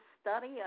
study